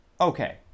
okay